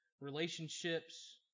relationships